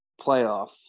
playoff